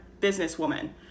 businesswoman